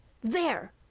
there!